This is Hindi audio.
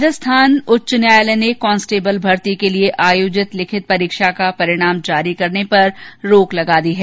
राजस्थान उच्च न्यायालय ने कांस्टेबल भर्ती के लिये आयोजित लिखित परीक्षा का परिणाम जारी करने पर रोक लगा दी है